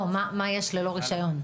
לא, מה יש ללא רישיון.